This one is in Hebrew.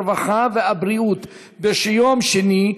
הרווחה והבריאות ביום שני,